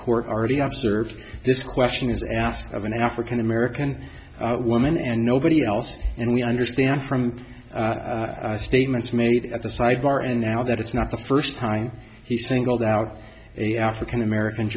court already observed this question is asked of an african american woman and nobody else and we understand from statements made at the sidebar and now that it's not the first time he singled out a african american